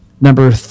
number